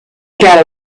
get